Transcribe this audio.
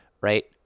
right